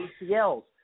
ACLs